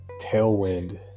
Tailwind